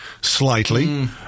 slightly